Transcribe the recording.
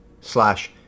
slash